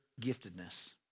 giftedness